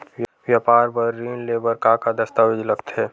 व्यापार बर ऋण ले बर का का दस्तावेज लगथे?